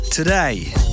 Today